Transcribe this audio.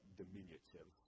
diminutive